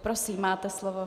Prosím, máte slovo.